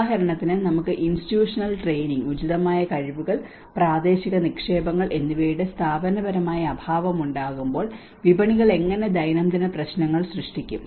ഉദാഹരണത്തിന് നമുക്ക് institutional training ഉചിതമായ കഴിവുകൾ പ്രാദേശിക നിക്ഷേപങ്ങൾ എന്നിവയുടെ സ്ഥാപനപരമായ അഭാവം ഉണ്ടാകുമ്പോൾ വിപണികൾ എങ്ങനെ ദൈനംദിന പ്രശ്നങ്ങൾ സൃഷ്ടിക്കും